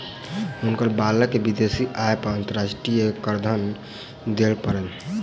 हुनकर बालक के विदेशी आय पर अंतर्राष्ट्रीय करधन दिअ पड़लैन